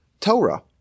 Torah